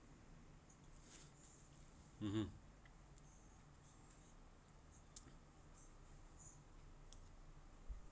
(uh huh)